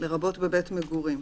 לרבות בבית מגורים,